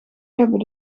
hebben